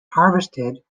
harvested